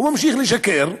הוא ממשיך לשקר,